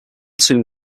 tomb